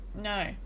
No